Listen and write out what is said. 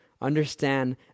Understand